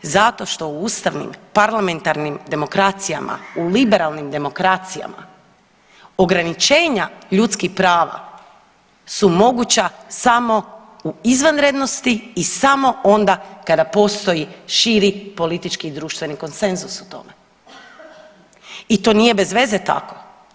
Zato što u ustavnim parlamentarnim demokracijama, u liberalnim demokracijama ograničenja ljudskih prava su moguća samo u izvanrednosti i samo onda kada postoji širi politički i društveni konsenzus o tome i to nije bezveze tako.